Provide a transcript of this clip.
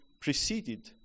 preceded